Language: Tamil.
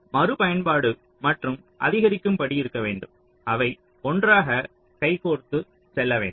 மறுபயன்பாடு மற்றும் அதிகரிக்கும் படி இருக்க வேண்டும் அவை ஒன்றாக கைகோர்த்து செல்ல வேண்டும்